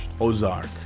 Ozark